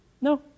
No